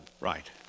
Right